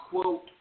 quote